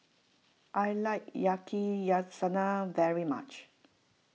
I like Yakizakana very much